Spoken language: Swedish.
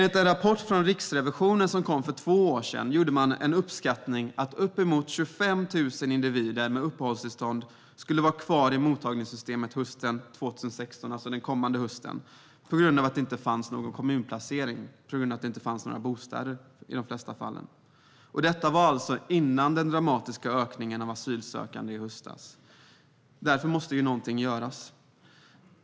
I en rapport som kom från Riksrevisionen för två år sedan gjordes uppskattningen att uppemot 25 000 individer med uppehållstillstånd skulle vara kvar i mottagningssystemet hösten 2016, det vill säga den kommande hösten, på grund av att de inte fått en kommunplacering, vilket i de flesta fall berodde på att det inte fanns bostäder. Det var alltså före den dramatiska ökningen av asylsökande i höstas. Därför måste någonting göras.